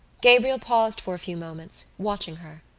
gabriel paused for a few moments, watching her,